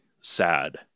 sad